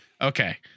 okay